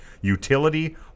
utility